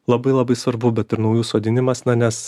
labai labai svarbu bet ir naujų sodinimas na nes